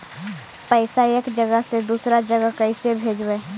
पैसा एक जगह से दुसरे जगह कैसे भेजवय?